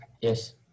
Yes